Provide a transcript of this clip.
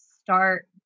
start